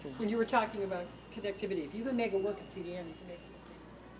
when you were talking about connectivity, if you could make it work at cdm, you can make it work anywhere.